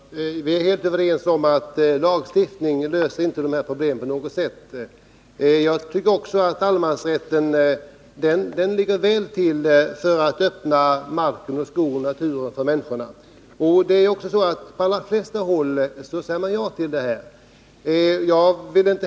Herr talman! Vi är helt överens om att lagstiftning inte löser de här problemen på något sätt. Allemansrätten är ju avsedd att öppna skog och mark för människorna, och på de allra flesta håll säger markägarna ja till det.